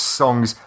song's